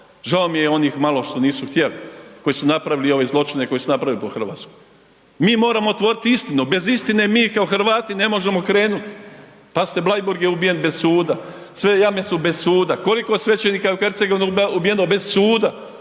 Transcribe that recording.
žao mi je onih malo što nisu htjeli koji su napravili ove zločine koje su napravili po Hrvatskoj. Mi moramo otvoriti istinu, bez istine mi kao Hrvati ne možemo krenuti. Pazite Bleiburg je uvijen bez suda, sve jame su bez suda, koliko svećenika je u Hercegovini ubijeno bez suda?